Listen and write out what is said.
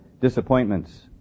disappointments